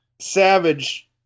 Savage